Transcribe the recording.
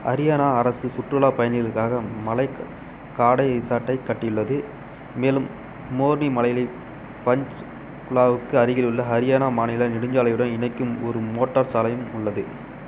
ஹரியானா அரசு சுற்றுலாப் பயணிகளுக்காக மலை காடை ரிசார்ட்டைக் கட்டியுள்ளது மேலும் மோர்னி மலைகளை பஞ்ச் குலாவுக்கு அருகில் உள்ள ஹரியானா மாநில நெடுஞ்சாலையுடன் இணைக்கும் ஒரு மோட்டார் சாலையும் உள்ளது